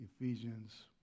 Ephesians